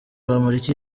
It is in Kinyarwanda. bamporiki